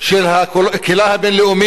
של הקהילה הבין-לאומית,